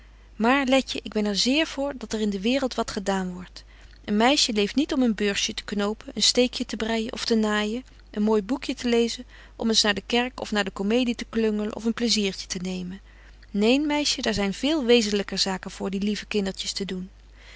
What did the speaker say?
maar letje ik ben er zeer voor dat er in de waereld wat gedaan wordt een meisje leeft niet om een beursje te knopen een steekje te breijen of te naaijen een mooi boekje te lezen om eens naar de kerk of naar de comedie te klungelen of een plaisiertje te nemen neen meisje daar zyn veel wezenlyker zaken voor die lieve kindertjes te doen